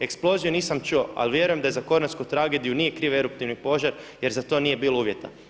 Eksploziju nisam čuo ali vjerujem da za Kornatsku tragediju nije kriv eruptivni požar jer za to nije bilo uvjeta.